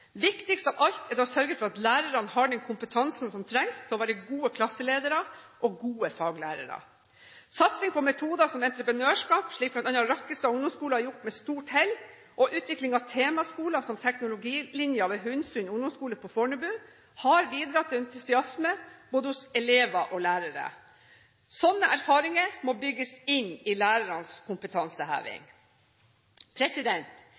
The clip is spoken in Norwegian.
Viktigst av alt er det å sørge for at lærerne har den kompetansen som trengs for å være gode klasseledere og gode faglærere. Satsing på metoder som entreprenørskap, noe bl.a. Rakkestad ungdomsskole har gjort med stort hell, og utvikling av temaskoler, som teknologilinjen ved Hundsund ungdomsskole på Fornebu, har bidratt til entusiasme både hos elever og hos lærere. Slike erfaringer må bygges inn i lærernes kompetanseheving.